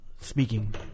speaking